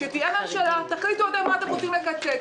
כשתהיה ממשלה תחליטו אתם במה אתם רוצים לקצץ.